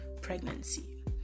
pregnancy